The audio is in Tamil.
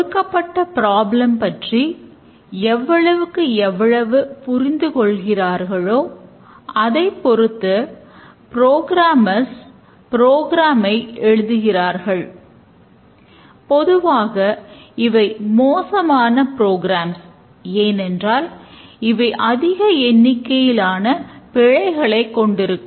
கொடுக்கப்பட்ட பிராப்ளம் ஏனென்றால் இவை அதிக எண்ணிக்கையிலான பிழைகளை கொண்டிருக்கும்